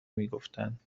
میگفتند